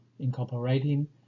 incorporating